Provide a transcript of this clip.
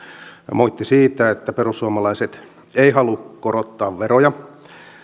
moitti siitä että perussuomalaiset eivät halua korottaa veroja